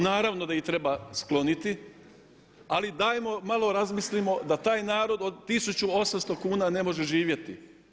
Naravno da ih treba skloniti, ali dajmo malo razmislimo da taj narod od 1800 kn ne može živjeti.